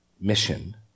mission